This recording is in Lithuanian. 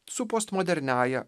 su postmoderniąja